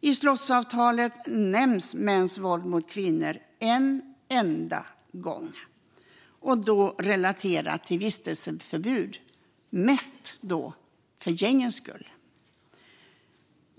I slottsavtalet nämns mäns våld mot kvinnor en enda gång, då relaterat till vistelseförbud och mest för gängens skull.